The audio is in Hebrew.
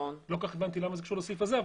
לא כל כך הבנתי למה זה קשור לסעיף הזה,